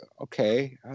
Okay